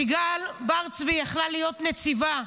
סיגל בר צבי יכלה להיות נציבה,